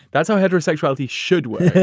that's out heterosexually. should wear